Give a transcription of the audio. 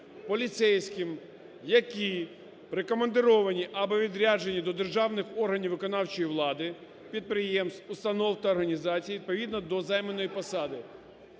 поліцейським, які прикомандировані або у відрядженні до державних органів виконавчої влади, підприємств, установ та організацій відповідно до займаної посади.